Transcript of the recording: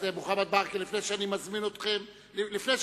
לפני שאני מזמין את כבוד